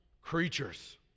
creatures